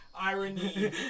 irony